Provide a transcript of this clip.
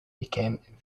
became